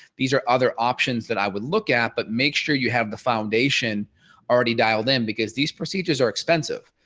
these are other options that i would look at but make sure you have the foundation already dial them because these procedures are expensive.